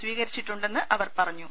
സ്വീകരിച്ചിട്ടുണ്ടെന്ന് അവർ പറഞ്ഞു